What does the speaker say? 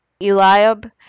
Eliab